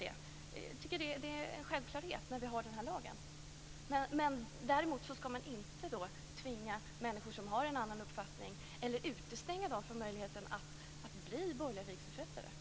Det är en självklarhet när den här lagen finns. Däremot ska man inte tvinga människor som har en annan uppfattning eller utestänga dem från möjligheten att bli borgerlig vigselförrättare.